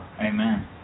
amen